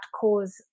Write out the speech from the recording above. cause